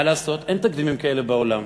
מה לעשות, אין תקדימים כאלה בעולם.